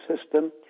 system